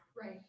Right